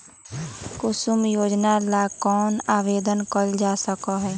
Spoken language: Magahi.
कुसुम योजना ला कौन आवेदन कर सका हई?